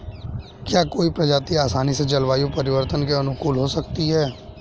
क्या कोई प्रजाति आसानी से जलवायु परिवर्तन के अनुकूल हो सकती है?